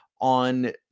on